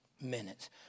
minutes